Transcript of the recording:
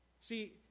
See